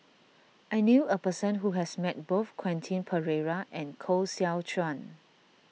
I knew a person who has met both Quentin Pereira and Koh Seow Chuan